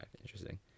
Interesting